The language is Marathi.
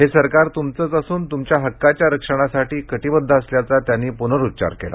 हे सरकार तुमचंच असून तुमच्या हक्काच्या रक्षणासाठी कटिबद्ध असल्याचा त्यांनी पुनरुच्चार केला